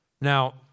Now